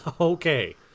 Okay